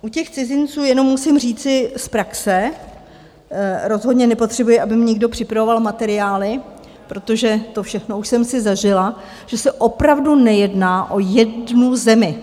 U těch cizinců jenom musím říci z praxe, rozhodně nepotřebuji, aby mi někdo připravoval materiály, protože to všechno už jsem si zažila že se opravdu nejedná o jednu zemi.